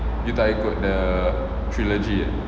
eh you tak ikut the trilogy eh